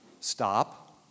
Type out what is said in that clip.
Stop